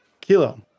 Kilo